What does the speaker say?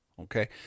Okay